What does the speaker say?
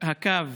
הקו